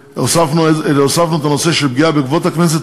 הוספנו את הנושא של פגיעה בכבוד הכנסת,